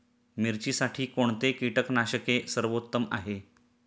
मिरचीसाठी कोणते कीटकनाशके सर्वोत्तम आहे?